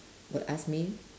will ask me